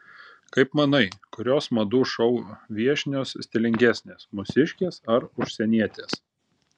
kaip manai kurios madų šou viešnios stilingesnės mūsiškės ar užsienietės